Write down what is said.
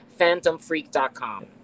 PhantomFreak.com